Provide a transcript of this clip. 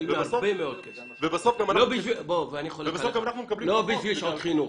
משלימים הרבה מאוד כסף לא בשביל שעות חינוך.